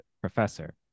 professor